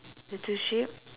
the two sheep